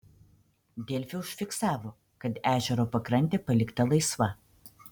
delfi užfiksavo kad ežero pakrantė palikta laisva